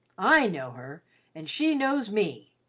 i know her and she knows me.